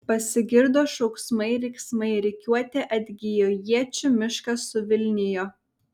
pasigirdo šauksmai riksmai rikiuotė atgijo iečių miškas suvilnijo